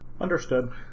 Understood